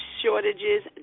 shortages